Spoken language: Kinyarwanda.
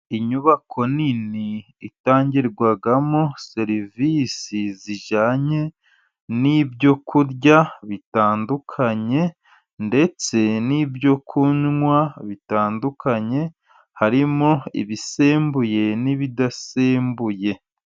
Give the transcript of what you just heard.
Inyubako nini itangirwamo serivisi zijyanye n'ibyo kurya bitandukanye, ndetse n'ibyo kunywa bitandukanye, harimo ibisembuye n'ibidasembuye.